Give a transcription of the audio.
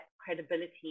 credibility